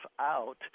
out